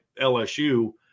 LSU